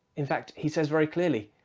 in fact, he says very clearly,